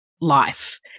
life